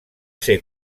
ser